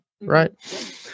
Right